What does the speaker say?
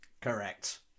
Correct